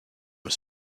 was